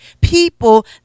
people